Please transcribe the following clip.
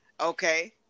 Okay